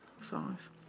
songs